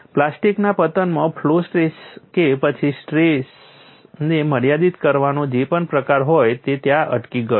પ્લાસ્ટિકના પતનમાં flow stress કે પછી સ્ટ્રેસને મર્યાદિત કરવાનો જે પણ પ્રકાર હોય તે ત્યાં જ અટકી ગયો